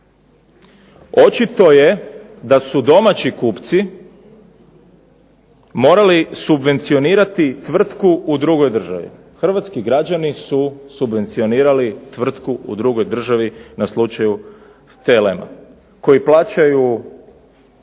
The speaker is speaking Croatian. Očito je da su domaći kupci morali subvencionirati tvrtku u drugoj državi. Hrvatski građani su subvencionirali tvrtku u drugoj državi na slučaju TLM-a koji plaćaju